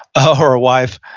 ah or wife.